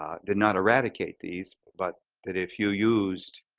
um did not eradicate these but that if you used